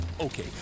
Okay